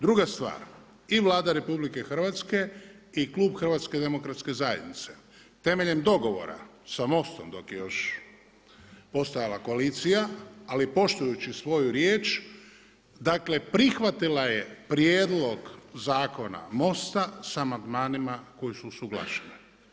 Druga stvar, i Vlada RH i klub HDZ-a, temeljem dogovora sa MOST-om, dok je još postojala koalicija, ali poštujući svoju riječ, dakle prihvatila je prijedlog zakona MOST-a sa amandmanima koji su usuglašeni.